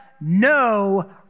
no